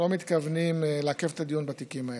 אנחנו לא מתכוונים לעכב את הדיון בתיקים האלה.